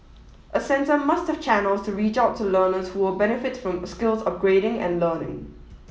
a centre must have channels to reach out to learners who will benefit from skills upgrading and learning